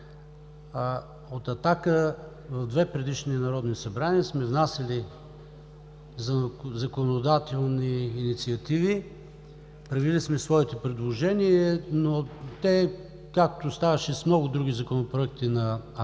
От „Атака“ в две предишни народни събрания сме внасяли законодателни инициативи. Правили сме своите предложения, но те, както ставаше с много други законопроекти на